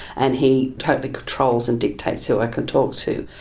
and he totally controls and dictates who i can talk to.